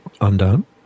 undone